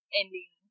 ending